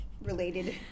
related